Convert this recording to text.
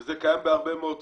וזה קיים בהרבה מאוד תחומים.